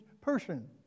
person